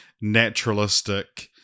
naturalistic-